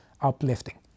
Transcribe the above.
uplifting